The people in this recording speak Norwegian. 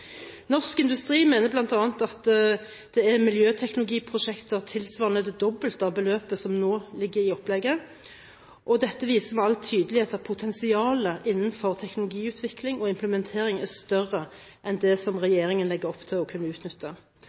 Norsk industri mener bl.a. at det er miljøteknologiprosjekter tilsvarende det dobbelte av beløpet som nå ligger i opplegget, og dette viser med all tydelighet at potensialet innenfor teknologiutvikling og implementering er større enn det som regjeringen legger opp til å kunne utnytte.